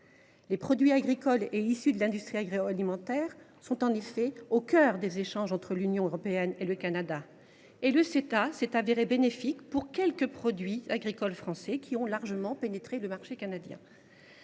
Les produits agricoles et ceux qui sont issus de l’industrie agroalimentaire sont en effet au cœur des échanges entre l’Union européenne et le Canada. Le Ceta s’est révélé être bénéfique pour quelques produits agricoles français qui ont largement pénétré le marché canadien.